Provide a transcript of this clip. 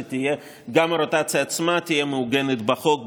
שגם הרוטציה עצמה תהיה מעוגנת בחוק,